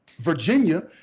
Virginia